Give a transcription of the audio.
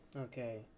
Okay